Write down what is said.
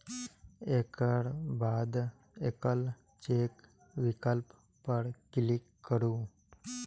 एकर बाद एकल चेक विकल्प पर क्लिक करू